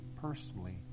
personally